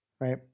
right